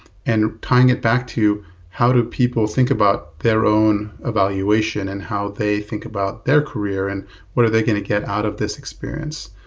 and tying it back to how do people think about their own evaluation and how they think about their career and what are they going to get out of this experience.